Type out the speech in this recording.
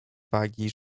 wagi